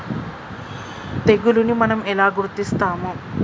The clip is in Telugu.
తెగులుని మనం ఎలా గుర్తిస్తాము?